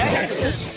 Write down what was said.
Texas